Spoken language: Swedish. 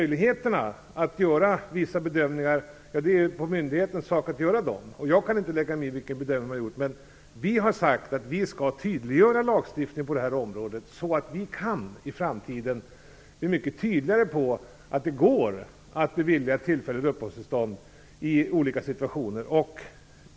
Det är alltså myndighetens sak att göra sådana bedömningar, och jag kan inte lägga mig i vilken bedömning som görs. Vi har sagt att lagstiftningen på det här området skall tydliggöras, så att det i framtiden blir mycket tydligare att det i olika situationer går att bevilja ett tillfälligt uppehållstillstånd.